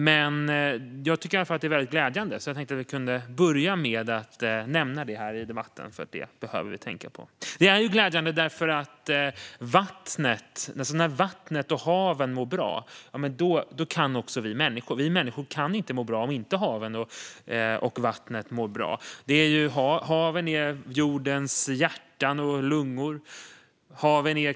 Det är i alla fall mycket glädjande. Därför tänkte jag börja med att nämna detta i debatten. Denna nyhet är glädjande därför att när vattnet - haven - mår bra kan också vi människor må bra. Vi människor kan inte må bra om inte haven - vattnet - mår bra. Haven är jordens hjärta och lungor.